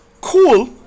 cool